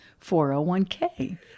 401k